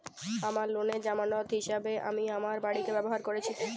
আমার লোনের জামানত হিসেবে আমি আমার বাড়িকে ব্যবহার করেছি